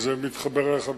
כי זה מתחבר אחד לשני.